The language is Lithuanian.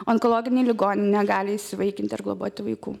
onkologiniai ligoniai negali įsivaikinti ar globoti vaikų